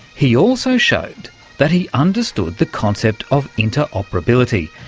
he also showed that he understood the concept of interoperability,